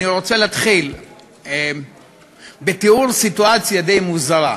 אני רוצה להתחיל בתיאור סיטואציה די מוזרה.